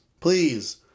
Please